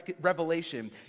revelation